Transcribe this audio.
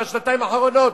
בשנתיים האחרונות,